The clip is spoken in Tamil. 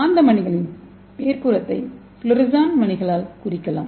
காந்த மணிகளின் மேற்புறத்தை ஃப்ளோரசன் மணிகளால் குறிக்கலாம்